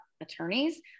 attorneys